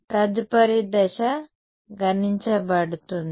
తదుపరి దశ గణించబడుతుందా